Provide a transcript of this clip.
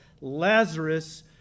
Lazarus